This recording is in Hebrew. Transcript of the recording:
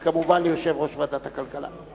וכמובן ליושב-ראש ועדת הכלכלה.